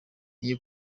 iyi